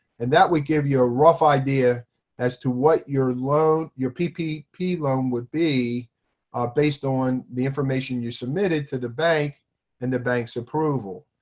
and that would give you a rough idea as to what your loan your ppp loan would be based on the information you submitted to the bank and the bank's approval.